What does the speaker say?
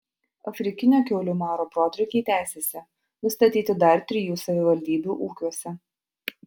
afrikinio kiaulių maro protrūkiai tęsiasi nustatyti dar trijų savivaldybių ūkiuose